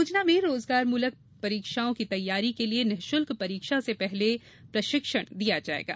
योजना में रोजगार मूलक परीक्षाओं की तैयारी के लिये निःशुल्क परीक्षा से पहले प्रशिक्षण दिया जायेगा